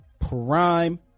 Prime